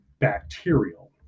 bacterial